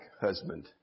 husband